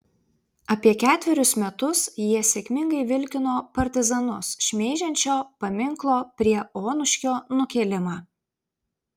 apie ketverius metus jie sėkmingai vilkino partizanus šmeižiančio paminklo prie onuškio nukėlimą